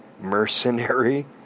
Mercenary